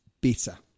better